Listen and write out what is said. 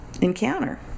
encounter